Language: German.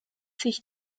sich